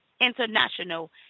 international